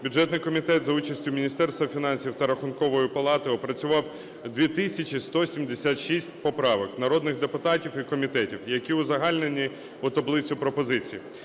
бюджетний комітет за участю Міністерства фінансів та Рахункової палати опрацював 2176 поправок народних депутатів і комітетів, які узагальнені у таблицю пропозицій.